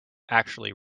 actually